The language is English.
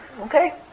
okay